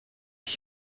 ich